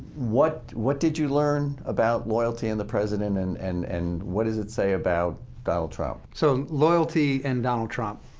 what what did you learn about loyalty and the president, and and and what does it say about donald trump? so loyalty and donald trump.